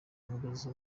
umugozi